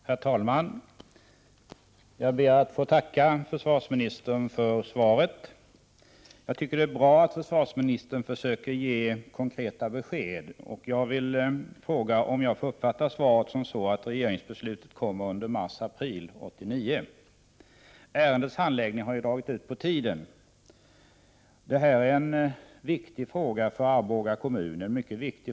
Herr talman! Jag ber att få tacka försvarsministern för svaret. Jag tycker att det är bra att försvarsministern försöker ge konkreta besked. Jag vill fråga om det är riktigt uppfattat att ett regeringsbeslut kommer under mars-april 1989. Ärendets handläggning har dragit ut på tiden. Det här är en mycket viktig fråga för Arboga kommun.